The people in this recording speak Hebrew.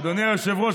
אדוני היושב-ראש,